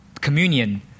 communion